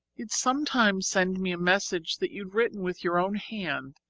you'd sometimes send me a message that you'd written with your own hand,